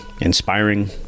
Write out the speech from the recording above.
inspiring